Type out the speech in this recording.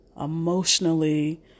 emotionally